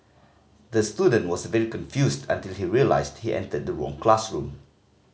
the student was very confused until he realised he entered the wrong classroom